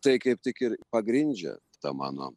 tai kaip tik ir pagrindžia tą mano